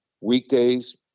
weekdays